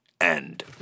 End